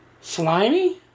slimy